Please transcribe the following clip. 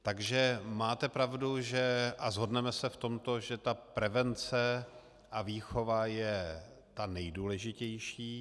Takže máte pravdu a shodneme se v tomto, že ta prevence a výchova je nejdůležitější.